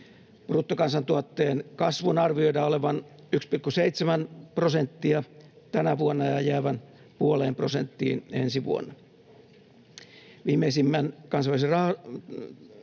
Bruttokansantuotteen kasvun arvioidaan olevan 1,7 prosenttia tänä vuonna ja jäävän puoleen prosenttiin ensi vuonna.